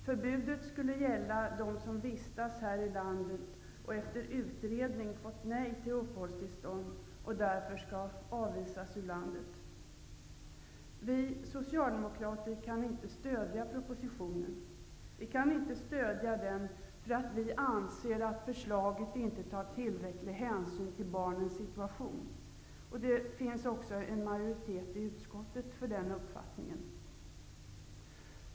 Förbudet skulle gälla dem som vistas här i landet och efter utredning fått nej till uppehållstillstånd och därför skall avvisas ur landet. Vi socialdemokrater kan inte stödja propositionen. Vi kan inte stödja den därför att vi anser att i förslaget inte tas tillräcklig hänsyn till barnens situation. Det finns också en majoritet i utskottet för den uppfattningen.